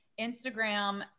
Instagram